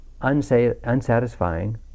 unsatisfying